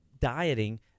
Dieting